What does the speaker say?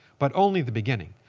but only the beginning.